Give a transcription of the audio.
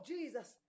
Jesus